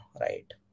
right